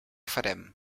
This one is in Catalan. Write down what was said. farem